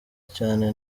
cyane